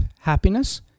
happiness